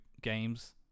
games